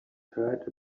heard